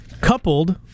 coupled